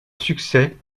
succès